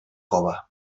cove